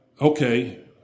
okay